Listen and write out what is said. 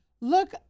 look